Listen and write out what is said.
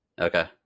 Okay